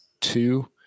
two